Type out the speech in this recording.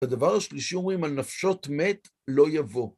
הדבר השלישי אומרים על נפשות מת, לא יבוא.